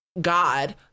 God